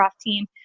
team